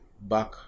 back